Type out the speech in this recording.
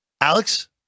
Alex